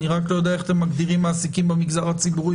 אני רק לא יודע איך אתם מגדירים מעסיקים במגזר הציבורי.